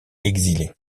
exilés